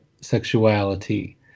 sexuality